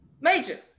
Major